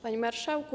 Panie Marszałku!